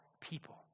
people